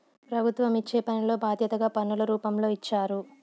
ప్రభుత్వం ఇచ్చే పనిలో బాధ్యతగా పన్నుల రూపంలో ఇచ్చారు